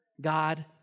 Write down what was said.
God